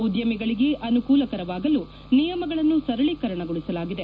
ಉದ್ಯಮಿಗಳಿಗೆ ಅನುಕೂಲಕರವಾಗಲು ನಿಯಮಗಳನ್ನು ಸರಳೀಕರಣಗೊಳಿಸಲಾಗಿದೆ